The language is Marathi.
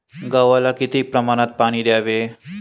गव्हाला किती प्रमाणात पाणी द्यावे?